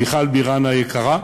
מיכל בירן היקרה,